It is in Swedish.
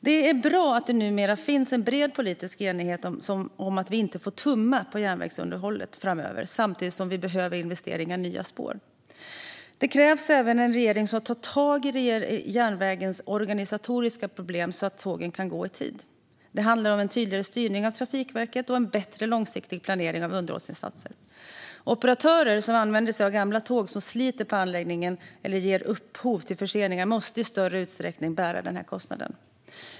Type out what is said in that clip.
Det är bra att det numera finns en bred politisk enighet om att vi inte får tumma på järnvägsunderhållet framöver, samtidigt som vi behöver investeringar i nya spår. Det krävs även en regering som tar tag i järnvägens organisatoriska problem så att tågen kan gå i tid. Det handlar om en tydligare styrning av Trafikverket och en bättre långsiktig planering av underhållsinsatser. Operatörer som använder sig av gamla tåg som sliter på anläggningen eller ger upphov till förseningar måste i större utsträckning bära denna kostnad.